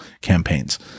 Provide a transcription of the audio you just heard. campaigns